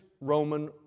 Roman